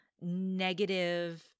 negative